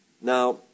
Now